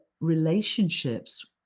relationships